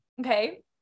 okay